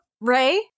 Ray